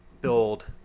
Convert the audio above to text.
build